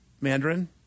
Mandarin